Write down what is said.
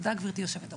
תודה גברתי יושבת הראש.